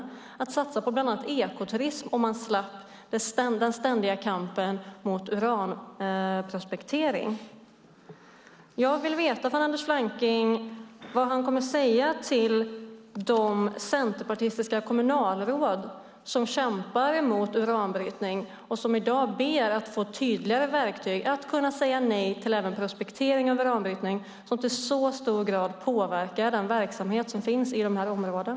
Bland annat kunde man satsa på ekoturism om man slapp den ständiga kampen mot uranprospektering. Jag vill veta vad Anders Flanking kommer att säga till de centerpartistiska kommunalråd som kämpar mot uranbrytning och som i dag ber att få tydligare verktyg för att kunna säga nej även till prospektering av uran, vilket i så stor grad påverkar den verksamhet som finns i dessa områden.